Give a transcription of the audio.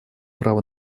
право